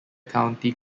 county